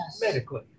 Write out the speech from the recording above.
medically